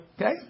Okay